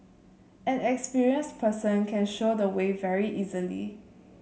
an experienced person can show the way very easily